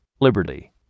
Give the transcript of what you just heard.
Liberty